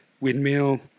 windmill